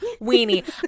weenie